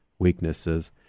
weaknesses